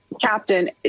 captain